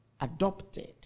adopted